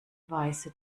weise